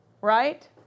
Right